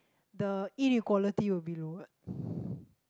the inequality will be the word